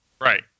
Right